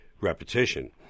repetition